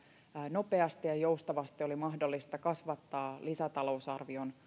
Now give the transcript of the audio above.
nopeasti ja joustavasti oli mahdollista kasvattaa lisätalousarvion